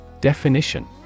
Definition